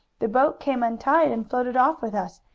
the boat came untied, and floated off with us,